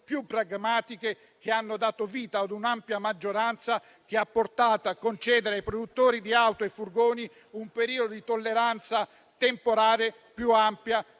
più pragmatiche, che hanno dato vita a un'ampia maggioranza, che ha portato a concedere ai produttori di auto e furgoni un periodo di tolleranza temporale più ampio